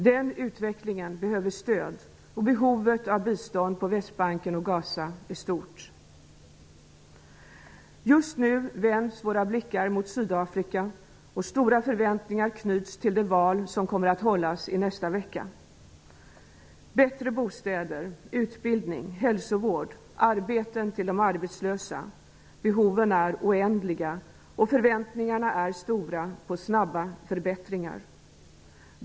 Den utvecklingen behöver stöd, och behovet av bistånd på Västbanken och Gaza är stort. Just nu vänds våra blickar mot Sydafrika, och stora förväntningar knyts till det val som kommer att hållas i nästa vecka. Bättre bostäder, utbildning, hälsovård, arbeten till de arbetslösa -- behoven är oändliga, och förväntningarna är stora på snabba förbättringar.